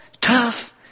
tough